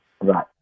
Right